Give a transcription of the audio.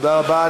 תודה רבה.